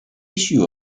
issue